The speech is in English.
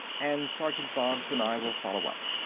and sergeant boggs and i will follow up.